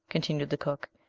continued the cook.